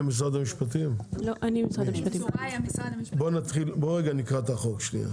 בואו רגע נקרא את החוק.